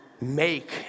make